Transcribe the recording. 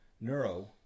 neuro